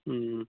हूँ